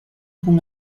con